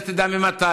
לך תדע ממתי,